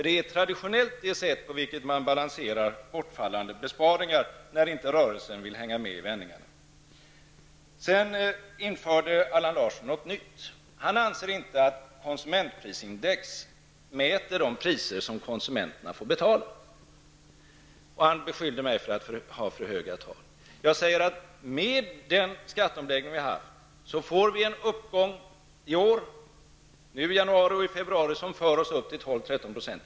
Det är traditionellt det sätt på vilket man balanserar bortfallande besparingar när inte rörelsen vill hänga med i vändningarna. Allan Larsson införde något nytt. Han anser att konsumentprisindex inte mäter de priser som konsumenterna får betala. Han beskyllde mig för att ha för höga tal. Jag säger att med den skatteomläggning vi haft får vi en uppgång i år, i januari och februari, som för oss upp till 12--13 %.